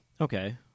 Okay